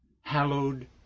Hallowed